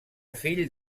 fill